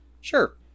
Sure